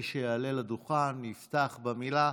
מי שיעלה לדוכן יפתח במילים,